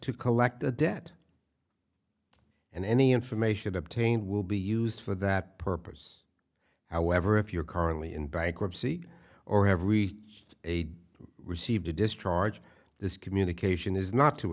to collect the debt and any information obtained will be used for that purpose however if you are currently in bankruptcy or have reached a received a discharge this communication is not to